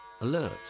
Alert